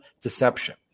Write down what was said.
deception